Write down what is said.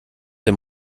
dem